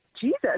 jesus